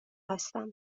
هستم